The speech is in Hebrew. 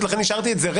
המרכזית.